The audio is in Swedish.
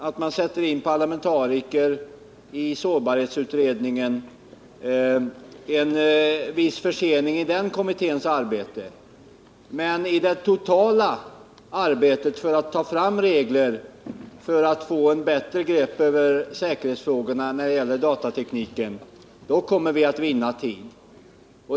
Att sätta in parlamentariker i sårbarhetsutredningen innebär måhända en viss försening i den utredningens arbete. Men i det totala arbetet på att ta fram regler för att få ett bättre grepp över säkerhetsfrågorna inom datatekniken kommer vi att vinna tid.